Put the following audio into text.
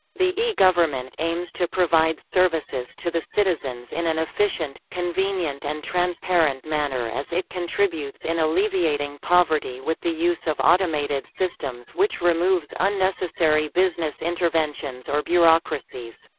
the e-government aims to provide services to the citizens in an efficient, convenient and transparent manner as it contributes in alleviating poverty with the use of automated systems which removes unnecessary business interventions or bureaucracies.